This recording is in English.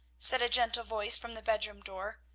said a gentle voice from the bedroom door,